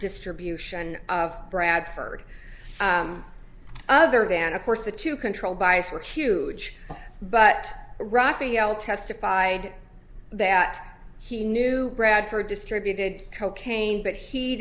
distribution of bradford other than of course the two control bias were huge but raphael testified that he knew bradford distributed cocaine but he